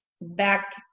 back